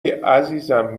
عزیزم